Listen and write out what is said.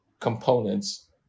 components